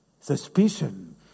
Suspicion